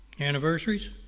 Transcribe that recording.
Anniversaries